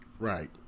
Right